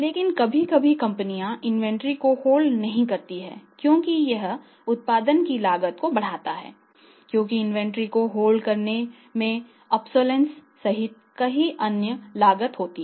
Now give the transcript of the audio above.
लेकिन कभी कभी कंपनियां इन्वेंट्री सहित कई अन्य लागत होती है